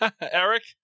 Eric